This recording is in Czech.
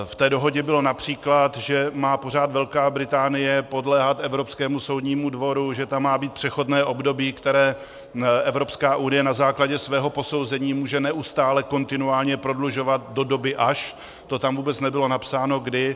V té dohodě např. bylo, že má pořád Velká Británie podléhat Evropskému soudnímu dvoru, že tam má být přechodné období, které Evropská unie na základě svého posouzení může neustále kontinuálně prodlužovat do doby, až to tam vůbec nebylo napsáno, kdy.